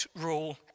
rule